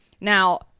Now